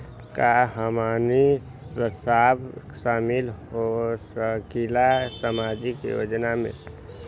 का हमनी साब शामिल होसकीला सामाजिक योजना मे?